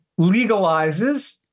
legalizes